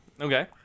Okay